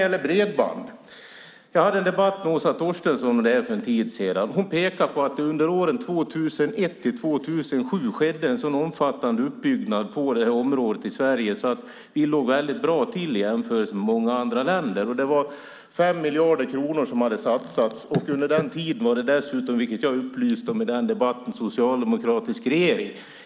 Om bredband hade jag en debatt med Åsa Torstensson för en tid sedan. Hon pekar på att det under åren 2001-2007 skedde en så omfattande utbyggnad på det området i Sverige att vi låg väldigt bra till i jämförelse med många andra länder. 5 miljarder kronor hade satsats. Under den tiden var det dessutom, vilket jag upplyste om i den debatten, socialdemokratisk regering.